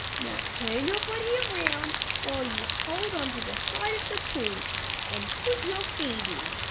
now turn your body around while you hold on to the side of the pool and put your feet in